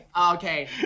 Okay